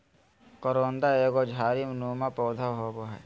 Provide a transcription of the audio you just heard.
करोंदा एगो झाड़ी नुमा पौधा होव हय